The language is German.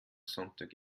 sonntag